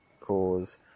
cause